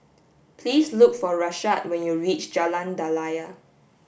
please look for Rashad when you reach Jalan Daliah